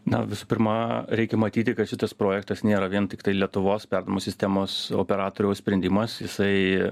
na visų pirma reikia matyti kad šitas projektas nėra vien tiktai lietuvos perdamo sistemos operatoriaus sprendimas jisai